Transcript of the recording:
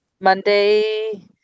Monday